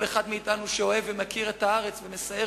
כל אחד מאתנו שאוהב ומכיר את הארץ ומסייר